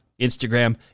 Instagram